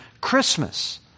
Christmas